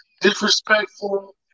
disrespectful